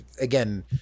again